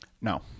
no